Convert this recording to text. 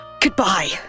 Goodbye